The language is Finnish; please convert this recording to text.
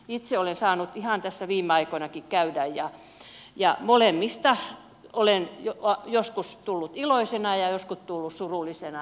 itse olen saanut ihan tässä viime aikoinakin käydä näissä ja molemmista olen joskus tullut iloisena ja joskus tullut surullisena